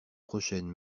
prochaine